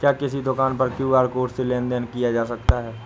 क्या किसी दुकान पर क्यू.आर कोड से लेन देन देन किया जा सकता है?